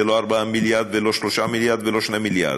זה לא 4 מיליארד ולא 3 מיליארד ולא 2 מיליארד,